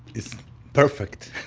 it's perfect.